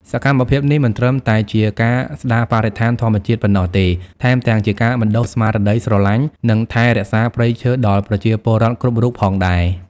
សកម្មភាពនេះមិនត្រឹមតែជាការស្ដារបរិស្ថានធម្មជាតិប៉ុណ្ណោះទេ ថែមទាំងជាការបណ្ដុះស្មារតីស្រឡាញ់ និងថែរក្សាព្រៃឈើដល់ប្រជាពលរដ្ឋគ្រប់រូបផងដែរ។